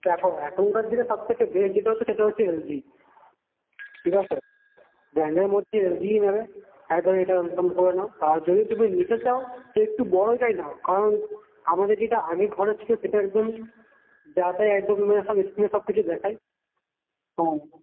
দেখো এখনকার দিনে সবথেকে বেস্ট যেটা হচ্ছে সেটা হচ্ছে এলজি ঠিক আছে ব্র্যান্ডের মধ্যে এলজিই নেবে একদম এটা কনফার্ম করে নাও আর যদি তুমি নিতে চাও তো একটু বড়টাই নাও কারণ আমাদের যেটা আগে ঘরে ছিলো সেটা একদম যাতা একদম স্ক্রিনে সবকিছু দেখাই হ্যাঁ